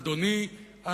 אדוני,